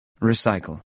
Recycle